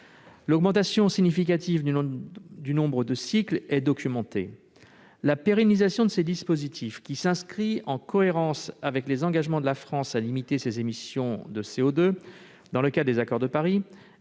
L'augmentation significative du nombre de cycles est documentée. La pérennisation de ces dispositifs, qui s'inscrit en cohérence avec les engagements de la France à limiter ses émissions de CO2 dans le cadre de l'accord de Paris